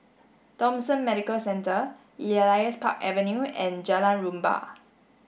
Thomson Medical Centre Elias Park Avenue and Jalan Rumbia